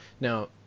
Now